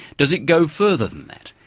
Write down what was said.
does it go further than that?